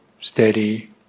steady